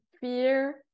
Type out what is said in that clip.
fear